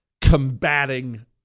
combating